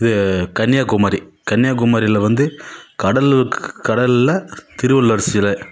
இது கன்னியாகுமாரி கன்னியாகுமாரியில் வந்து கடலூர் கடலில் திருவள்ளுவர் சிலை